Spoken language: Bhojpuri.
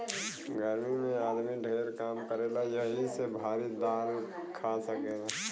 गर्मी मे आदमी ढेर काम करेला यही से भारी दाल खा सकेला